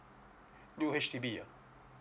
new H_D_B ah